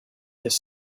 his